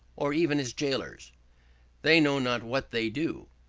or even its gaolers they know not what they do.